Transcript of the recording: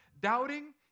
Doubting